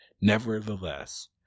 Nevertheless